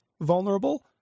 vulnerable